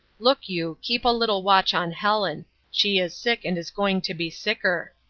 look you! keep a little watch on helen she is sick, and is going to be sicker.